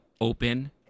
open